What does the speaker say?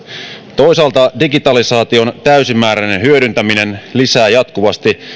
toisaalta digitalisaation täysimääräinen hyödyntäminen lisää jatkuvasti